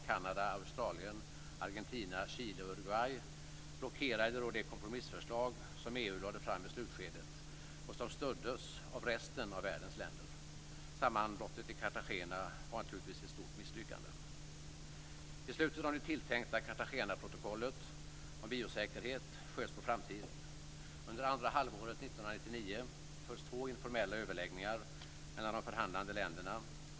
Kanada, Australien, Argentina, Chile och Uruguay blockerade då det kompromissförslag som EU lade fram i slutskedet och som stöddes av resten av världens länder. Sammanbrottet i Cartagena var naturligtvis ett stort misslyckande. Beslutet om det tilltänkta Cartagenaprotokollet om biosäkerhet sköts på framtiden. Under det andra halvåret 1999 hölls två informella överläggningar mellan de förhandlande länderna.